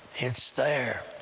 it's there!